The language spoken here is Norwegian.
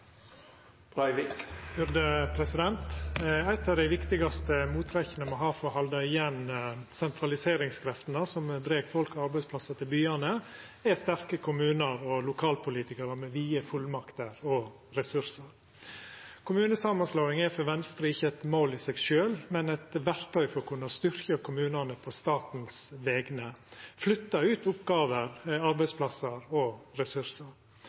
Eit av dei viktigaste mottrekka me har for å halda igjen sentraliseringskreftene som dreg folk og arbeidsplassar til byane, er sterke kommunar og lokalpolitikarar med vide fullmakter og ressursar. Kommunesamanslåing er for Venstre ikkje eit mål i seg sjølv, men eit verktøy for å kunna styrkja kommunane på statens vegner, flytta ut oppgåver, arbeidsplassar og ressursar.